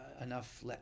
enough